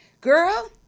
girl